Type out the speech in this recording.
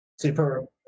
super